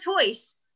choice